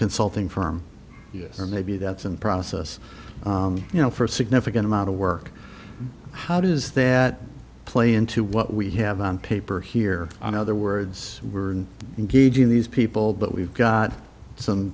consulting firm yes or maybe that's in process you know for a significant amount of work how does that play into what we have on paper here on other words were engaging these people but we've got some